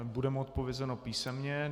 Bude mu odpovězeno písemně.